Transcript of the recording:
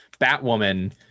Batwoman